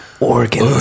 Organs